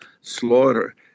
slaughter